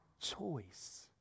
choice